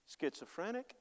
schizophrenic